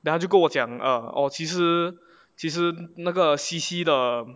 then 他就跟我讲 err err orh 其实其实那个 C_C 的